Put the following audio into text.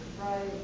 right